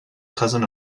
cousin